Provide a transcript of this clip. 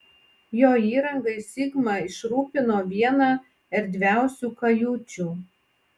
jo įrangai sigma išrūpino vieną erdviausių kajučių